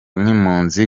nk’impunzi